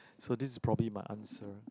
so this is probably my answer